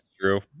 true